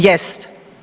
Jest.